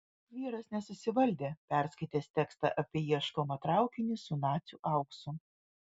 vyras nesusivaldė perskaitęs tekstą apie ieškomą traukinį su nacių auksu